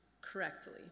correctly